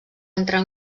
entrar